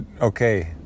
okay